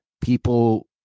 people